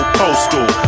postal